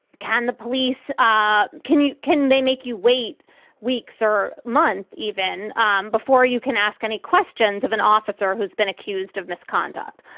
can the police. ah can you. you. can they make you wait weeks or months even um before you can ask any questions of an officer who's been accused of misconduct?